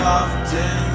often